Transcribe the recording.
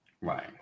right